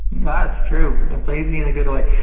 that's true. it's lazy in a good way.